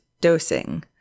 dosing